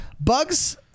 bugs